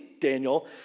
Daniel